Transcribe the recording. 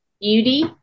Beauty